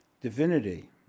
divinity